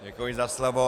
Děkuji za slovo.